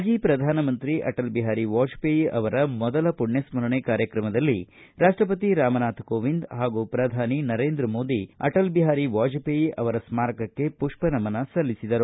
ಮಾಜಿ ಪ್ರಧಾನಮಂತ್ರಿ ಆಟಲ್ ಬಿಹಾರಿ ವಾಜಪೇಯಿ ಅವರ ಮೊದಲ ಪುಣ್ಗಸ್ತರಣೆ ಕಾರ್ಯಕ್ರಮದಲ್ಲಿ ರಾಷ್ಟಪತಿ ರಾಮನಾಥ ಕೋವಿಂದ್ ಹಾಗೂ ಪ್ರಧಾನಿ ನರೇಂದ್ರ ಮೋದಿ ಅಟಲ್ ಬಿಹಾರ್ ವಾಜಪೇಯಿ ಅವರ ಸ್ಮಾರಕಕ್ಕೆ ಪುಷ್ಪನಮನ ಸಲ್ಲಿಸಿದರು